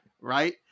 Right